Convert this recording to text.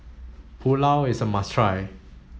Pulao is a must try